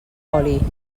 oli